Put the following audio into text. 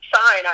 sign